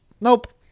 Nope